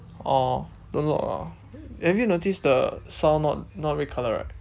orh don't lock lah have you noticed the sound not not red colour right